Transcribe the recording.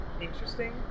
interesting